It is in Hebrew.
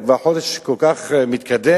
את כבר בחודש כל כך מתקדם